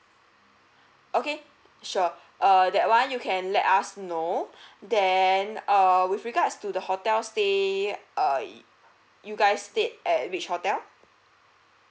okay sure err that one you can let us know then err with regards to the hotel stay err you guys stayed at which hotel